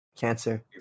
Cancer